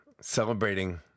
celebrating